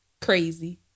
crazy